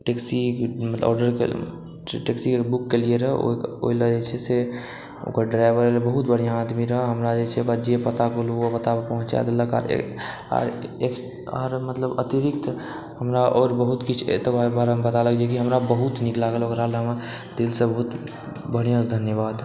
taxi मतलब order book केलियै रऽ ओहि लए जे छै से ओकर ड्राइवर एलै बहुत बढ़िआँ आदमी रहै हमरा जे छै जे पता कहलुँ ओ पता पर पहुँचा देलक आर एक्स आर मतलब अतिरिक्त हमरा आओर बहुत किछु एतुका बारेमे पता लगेलक जे की हमरा बहुत नीक लागल ओकरा लगमे दिलसे बहुत बढ़िआँ धन्यवाद